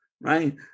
right